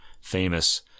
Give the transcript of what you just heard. famous